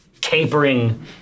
capering